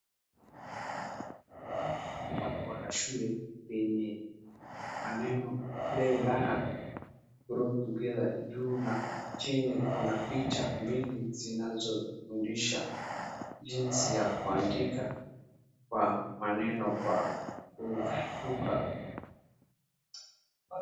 Bango la shule lenye maneno Play Learner Grow Together juu na chini, kuna picha mbili zinazofundisha jinsi ya kwandika kwa maneno kwa kushtuka.